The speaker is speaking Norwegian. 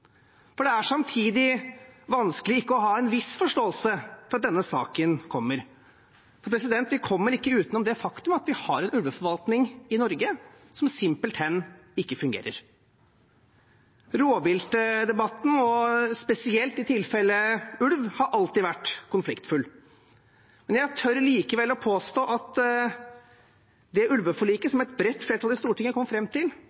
er enig i. Samtidig er det vanskelig ikke å ha en viss forståelse for at denne saken kom, for vi kommer ikke utenom det faktum at vi har en ulveforvaltning i Norge som simpelthen ikke fungerer. Rovviltdebatten, spesielt når det gjelder ulv, har alltid vært konfliktfylt. Jeg tør likevel påstå at det ulveforliket som et bredt flertall i Stortinget kom fram til